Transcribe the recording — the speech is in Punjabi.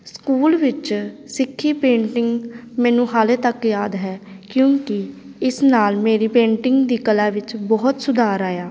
ਸਕੂਲ ਵਿੱਚ ਸਿੱਖੀ ਪੇਂਟਿੰਗ ਮੈਨੂੰ ਹਾਲੇ ਤੱਕ ਯਾਦ ਹੈ ਕਿਉਂਕਿ ਇਸ ਨਾਲ ਮੇਰੀ ਪੇਂਟਿੰਗ ਦੀ ਕਲਾ ਵਿੱਚ ਬਹੁਤ ਸੁਧਾਰ ਆਇਆ